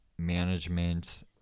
Management